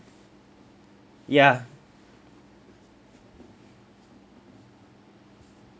ya